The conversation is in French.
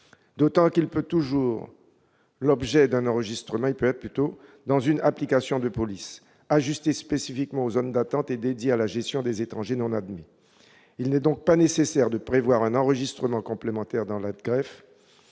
d'autant qu'il peut toujours faire l'objet d'un enregistrement dans une application de police ajustée spécifiquement aux zones d'attente et dédiée à la gestion des étrangers non admis. Il n'est donc pas nécessaire de prévoir un enregistrement complémentaire dans l'AGDREF,